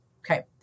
okay